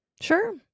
Sure